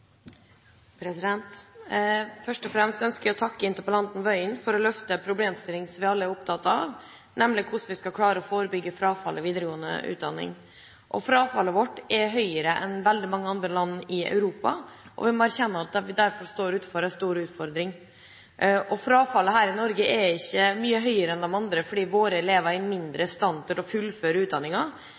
skolesystemet. Først og fremst ønsker jeg å takke interpellanten Tingelstad Wøien for å løfte en problemstilling som vi alle er opptatt av, nemlig hvordan vi skal klare å forebygge frafallet i videregående utdanning. Frafallet vårt er høyere enn i veldig mange andre land i Europa, og vi må erkjenne at vi derfor står overfor en stor utfordring. Frafallet her i Norge er ikke mye høyere enn i de andre landene fordi våre elever er mindre i stand til å fullføre